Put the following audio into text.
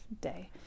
day